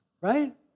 right